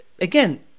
again